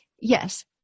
yes